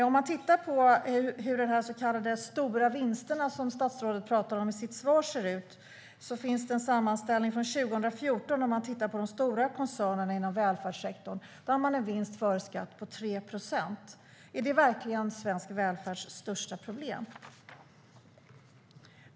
Man kan titta på hur de så kallade stora vinsterna, som statsrådet pratar om i sitt svar, ser ut. Det finns en sammanställning från 2014 där man tittat på de stora koncernerna inom välfärdssektorn. Där hade man en vinst före skatt på 3 procent. Är det verkligen svensk välfärds största problem?